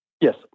Yes